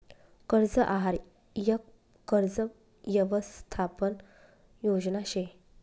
कर्ज आहार यक कर्ज यवसथापन योजना शे